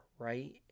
Right